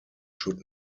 should